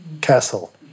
Castle